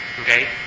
Okay